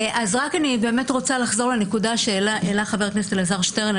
אני רוצה לחזור לנקודה שהעלה חבר הכנסת אלעזר שטרן.